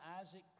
Isaac